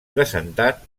presentat